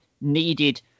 needed